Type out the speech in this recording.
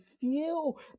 feel